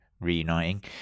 reuniting